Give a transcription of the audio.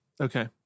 Okay